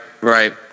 right